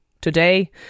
today